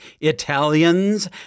Italians